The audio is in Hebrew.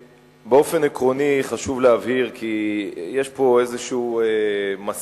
באופן עקרוני חשוב להבהיר כי יש פה איזה מסע,